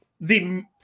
The-